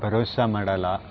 ಭರವ್ಸೆ ಮಾಡೋಲ್ಲ